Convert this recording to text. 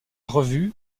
revue